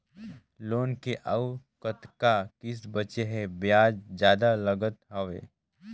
Loan के अउ कतका किस्त बांचें हे? ब्याज जादा लागत हवय,